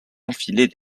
enfilez